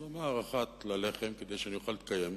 אז הוא אמר: אחת ללחם כדי שאני אוכל להתקיים,